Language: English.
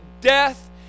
death